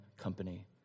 company